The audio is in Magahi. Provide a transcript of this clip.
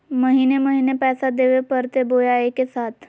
महीने महीने पैसा देवे परते बोया एके साथ?